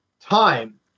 time